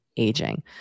aging